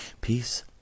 peace